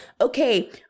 okay